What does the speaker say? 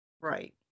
Right